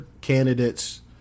candidates